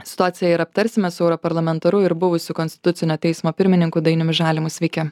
situaciją ir aptarsime su europarlamentaru ir buvusiu konstitucinio teismo pirmininku dainiumi žalimu sveiki